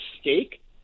steak